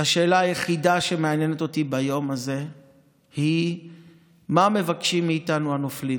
השאלה היחידה שמעניינת אותי ביום הזה היא מה מבקשים מאיתנו הנופלים,